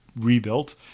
rebuilt